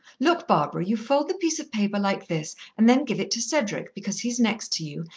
look, barbara, you fold the piece of paper like this, and then give it to cedric, because he's next to you,